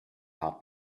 heart